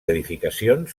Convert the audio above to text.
edificacions